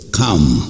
come